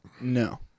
No